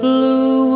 Blue